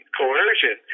coercion